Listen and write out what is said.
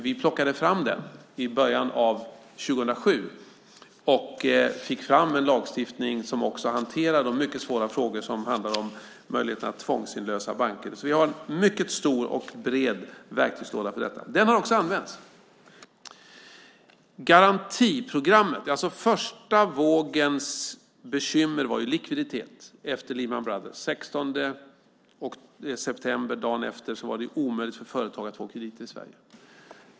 Vi plockade fram den i början av 2007 och fick fram en lagstiftning som hanterar de mycket svåra frågor som handlar om möjligheten att tvångsinlösa banker. Så vi har en mycket bred och stor verktygslåda för detta. Den har också använts. När det gäller garantiprogrammet var första vågens bekymmer likviditeten efter Lehman Brothers konkurs. Den 16 september, dagen efter, var det omöjligt för företag att få krediter i Sverige.